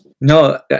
No